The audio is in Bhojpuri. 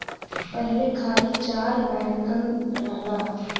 पहिले खाली चार बैंकन रहलन